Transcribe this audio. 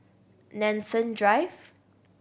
Nanson Drive